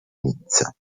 nizza